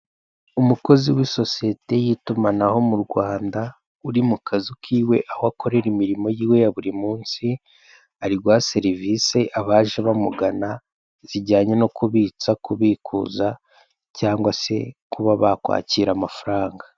Umukozi w'isosiyete y'itumanaho mu Rwanda, uri mu kazu k'iwe, aho akorera imirimo yiwe ya buri munsi, ari guha serivisi abaje bamugana, zijyanye no kubitsa, kubikuza cyangwa se kuba bakwakira amafaranga.